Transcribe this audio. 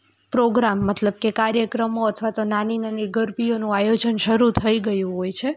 programme મતલબ કે કાર્યક્રમો અથવા તો નાની નાની ગરબીઓનું આયોજન શરૂ થઈ ગયું હોય છે